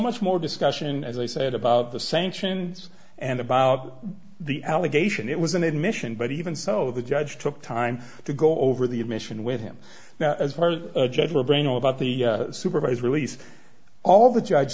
much more discussion as i said about the sanctions and about the allegation it was an admission but even so the judge took time to go over the admission with him now as part of a general brain all about the supervised release all the judge